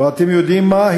ואתם יודעים מה?